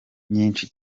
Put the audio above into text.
nyinshi